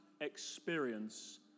experience